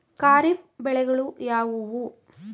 ಖಾರಿಫ್ ಬೆಳೆಗಳು ಯಾವುವು?